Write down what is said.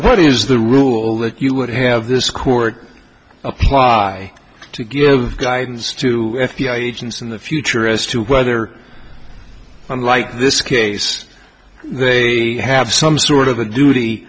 what is the rule that you would have this court apply to give guidance to f b i agents in the future as to whether unlike this case they have some sort of a duty